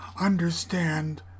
understand